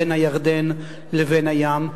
בין הירדן לבין הים,